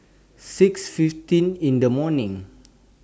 six fifteen in The morning